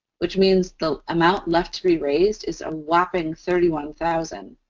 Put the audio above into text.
which means the amount left to be raised is a whopping thirty one thousand